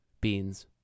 beans